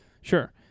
sure